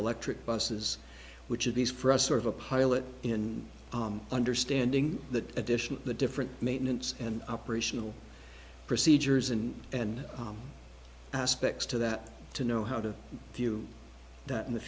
electric buses which of these for us sort of a pilot in understanding the addition of the different maintenance and operational procedures and and aspects to that to know how to view that in the